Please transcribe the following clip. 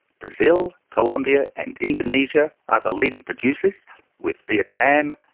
brazil, colombia and indonesia are the leading producers with vietnam,